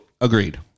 agreed